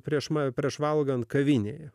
prieš man prieš valgant kavinėje